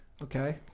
Okay